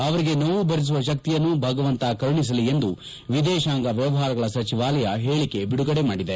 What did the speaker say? ಅವರಿಗೆ ನೋವು ಭರಿಸುವ ಶಕ್ತಿಯನ್ನು ಭಗವಂತ ಕರುಣಿಸಲಿ ಎಂದು ವಿದೇಶಾಂಗ ವ್ಯವಹಾರಗಳ ಸಚಿವಾಲಯ ಹೇಳಿಕೆ ಬಿಡುಗಡೆ ಮಾಡಿದೆ